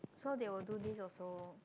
so they will do this also